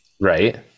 Right